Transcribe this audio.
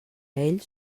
ell